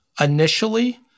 initially